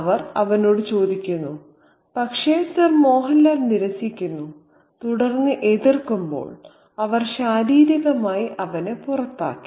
അവർ അവനോട് ചോദിക്കുന്നു പക്ഷേ സർ മോഹൻലാൽ നിരസിക്കുന്നു തുടർന്ന് എതിർക്കുമ്പോൾ അവർ ശാരീരികമായി അവനെ പുറത്താക്കി